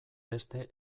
beste